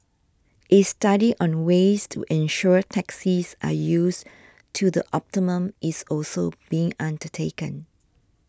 a study on ways to ensure taxis are used to the optimum is also being undertaken